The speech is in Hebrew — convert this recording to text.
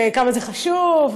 וכמה זה חשוב,